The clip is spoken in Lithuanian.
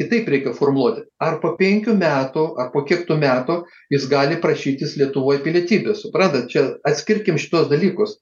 kitaip reikia formuluoti ar po penkių metų ar po kiek tų metų jis gali prašytis lietuvoj pilietybės suprantat čia atskirkim šituos dalykus